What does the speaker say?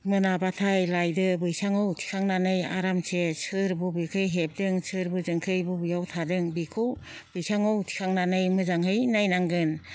मोनाबाथाय लायदो बैसाङाव थिखांनानै आरामसे सोर बबेखौ हेबदों सोर बोजोंखै बबेयाव थादों बेखौ बैसाङाव थिखांनानै मोजाङै नायनांगोन